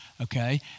okay